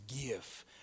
give